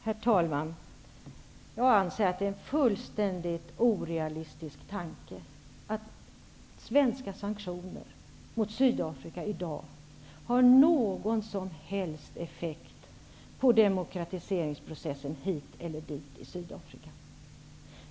Herr talman! Jag anser att det är en fullständigt orealistisk tanke att svenska sanktioner mot Sydafrika i dag har någon som helst effekt i någon riktning på demokratiseringsprocessen i Sydafrika.